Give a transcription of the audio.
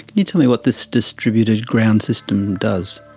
you tell me what this distributed ground system does?